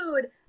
food